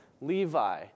Levi